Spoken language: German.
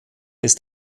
ist